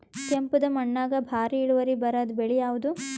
ಕೆಂಪುದ ಮಣ್ಣಾಗ ಭಾರಿ ಇಳುವರಿ ಬರಾದ ಬೆಳಿ ಯಾವುದು?